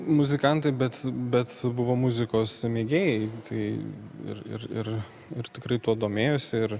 muzikantai bet bet buvo muzikos mėgėjai tai ir ir ir ir tikrai tuo domėjosi ir